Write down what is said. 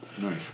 Nice